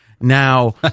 Now